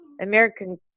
American